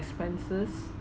expenses